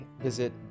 visit